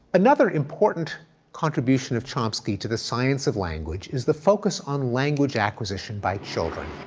another important contribution of chomsky to the science of language is the focus on language acquisition by children.